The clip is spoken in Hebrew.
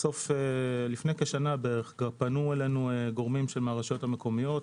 לפני כשנה פנו אלינו גוררים מהרשויות המקומיות,